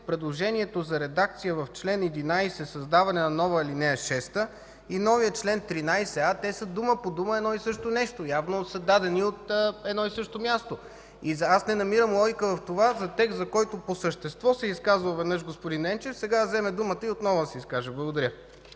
предложението за редакция в чл. 11 – създаване на нова ал. 6, и новия чл. 13а, те са дума по дума едно и също нещо. Явно са дадени от едно и също място. Не намирам логика в това – за текст, за който по същество веднъж се е изказвал господин Енчев, сега да взема думата и отново да се изказва. Благодаря.